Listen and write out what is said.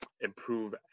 improve